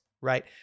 right